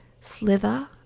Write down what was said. slither